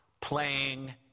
playing